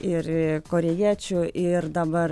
ir į korėjiečių ir dabar